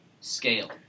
scale